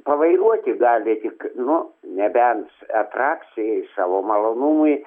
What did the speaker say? pavairuoti gali tik nu nebent atrakcijai savo malonumui